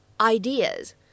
ideas